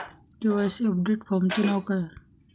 KYC update फॉर्मचे नाव काय आहे?